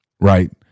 Right